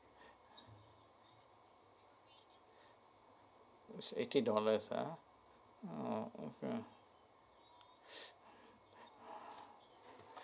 it's eighty dollars ah ah okay